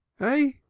hey?